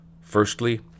firstly